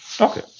okay